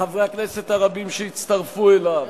לחברי הכנסת הרבים שהצטרפו אליו,